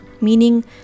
meaning